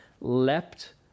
leapt